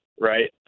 right